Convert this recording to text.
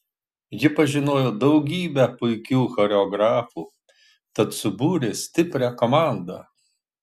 ji pažinojo daugybę puikių choreografų tad subūrė stiprią komandą